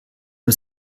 nur